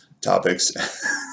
topics